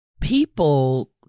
People